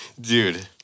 Dude